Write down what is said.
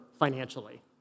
financially